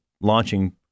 launching